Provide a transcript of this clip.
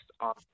on